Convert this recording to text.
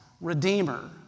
Redeemer